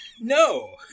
No